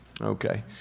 Okay